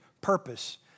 purpose